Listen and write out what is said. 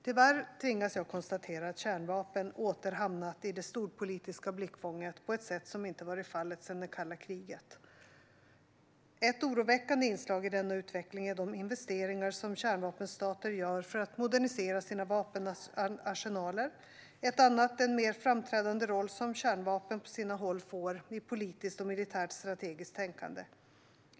Tyvärr tvingas jag konstatera att kärnvapen åter hamnat i det storpolitiska blickfånget på ett sätt som inte varit fallet sedan det kalla kriget. Ett oroväckande inslag i denna utveckling är de investeringar som kärnvapenstater gör för att modernisera sina vapenarsenaler, ett annat den mer framträdande roll som kärnvapen på sina håll får i politiskt och militärt strategiskt tänkande.